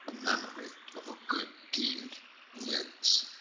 memory of a good deed lives.